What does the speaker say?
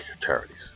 charities